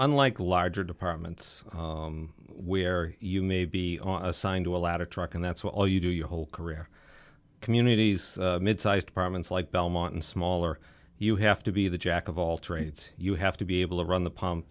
unlike larger departments where you may be on assigned to a ladder truck and that's what all you do your whole career communities mid size departments like belmont and smaller you have to be the jack of all trades you have to be able to run the pump